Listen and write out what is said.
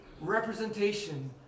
representation